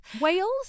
Wales